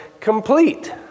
complete